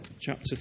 Chapter